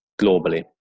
globally